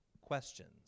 questions